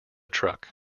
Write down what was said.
truck